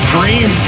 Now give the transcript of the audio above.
Dream